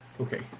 Okay